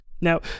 Now